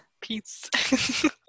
Peace